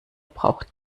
braucht